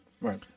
right